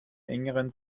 engeren